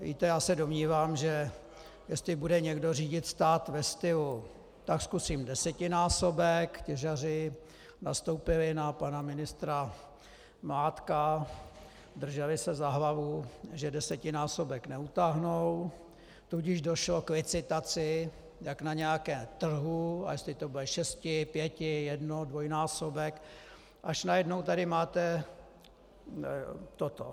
Víte, já se domnívám, že jestli bude někdo řídit stát ve stylu: zkusím desetinásobek, těžaři nastoupili na pana ministra Mládka, drželi se za hlavu, že desetinásobek neutáhnou, tudíž došlo k licitaci jak na nějakém trhu, jestli to bude šesti, pěti, jedno, dvojnásobek, až tady najednou máte toto.